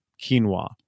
quinoa